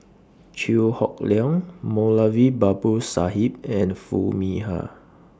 Chew Hock Leong Moulavi Babu Sahib and Foo Mee Har